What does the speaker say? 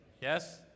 Yes